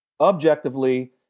Objectively